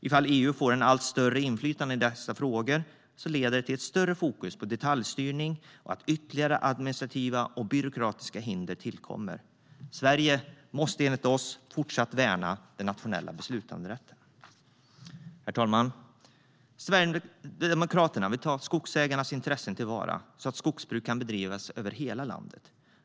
Ifall EU får ett allt större inflytande i dessa frågor leder det till ett större fokus på detaljstyrning och att ytterligare administrativa och byråkratiska hinder tillkommer. Sverige måste enligt oss fortsätta värna den nationella beslutanderätten. Herr talman! Sverigedemokraterna vill ta till vara skogsägarnas intressen så att skogsbruk kan bedrivas över hela landet.